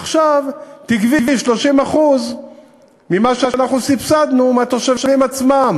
עכשיו תגבי 30% ממה שאנחנו סבסדנו מהתושבים עצמם.